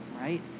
right